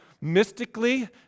mystically